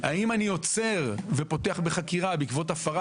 האם אני עוצר ופותח בחקירה בעקבות הפרת